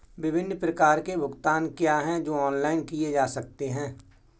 विभिन्न प्रकार के भुगतान क्या हैं जो ऑनलाइन किए जा सकते हैं?